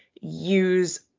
use